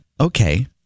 Okay